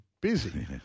busy